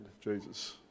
Jesus